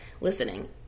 listening